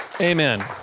Amen